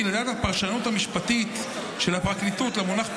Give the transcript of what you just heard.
כי לדעת הפרשנות המשפטית של הפרקליטות למונח "פרסום",